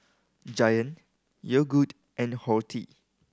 Giant Yogood and Horti